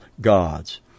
gods